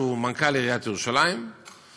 שהוא מנכ"ל עיריית ירושלים,